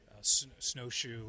snowshoe